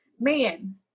man